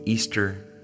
Easter